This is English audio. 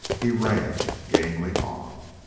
he ran gamely on.